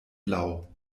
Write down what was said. blau